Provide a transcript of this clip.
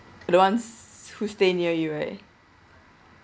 the ones who stay near you right